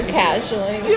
casually